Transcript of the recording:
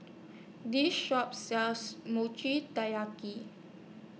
This Shop sells Mochi Taiyaki